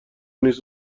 نیست